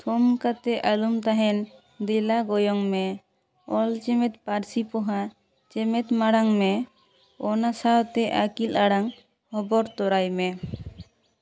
ᱛᱷᱚᱢ ᱠᱟᱛᱮᱜ ᱟᱞᱚᱢ ᱛᱟᱦᱮᱱ ᱫᱮᱞᱟ ᱜᱚᱭᱚᱝ ᱢᱮ ᱚᱞ ᱪᱮᱢᱮᱫ ᱯᱟᱹᱨᱥᱤ ᱯᱚᱦᱟ ᱪᱮᱢᱮᱫ ᱢᱟᱲᱟᱝ ᱢᱮ ᱚᱱᱟ ᱥᱟᱶᱛᱮ ᱟᱹᱠᱤᱞ ᱟᱲᱟᱝ ᱦᱚᱵᱚᱨ ᱛᱚᱨᱟᱭ ᱢᱮ